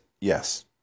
yes